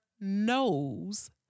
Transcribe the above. knows